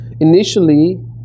Initially